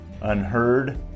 Unheard